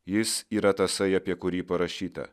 jis yra tasai apie kurį parašyta